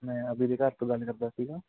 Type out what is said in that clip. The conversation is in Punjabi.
ਮੈਂ ਅਭੀ ਦੇ ਘਰ ਤੋਂ ਗੱਲ ਕਰਦਾ ਸੀਗਾ